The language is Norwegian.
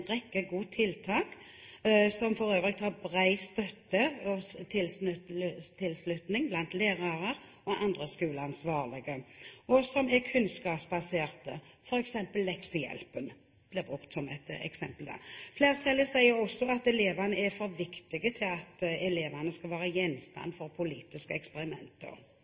rekke gode tiltak som har bred støtte og tilslutning blant lærere og andre skoleansvarlige, og som er kunnskapsbaserte. Leksehjelpen blir brukt som et eksempel. Flertallet sier også at elevene er for viktige til at elevene skal være gjenstand for «politiske eksperimenter».